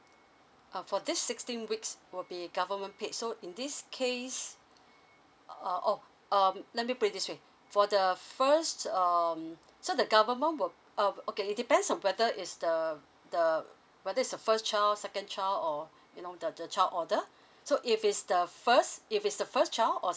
uh for this sixteen weeks will be government paid so in this case uh oh um let me put it this way for the first um so the government will oh okay it depends on whether it's the the whether it's a first child second child or you know the the child order so if it's the first if it's the first child or